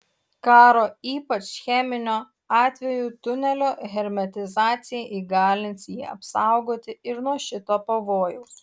karo ypač cheminio atveju tunelio hermetizacija įgalins jį apsaugoti ir nuo šito pavojaus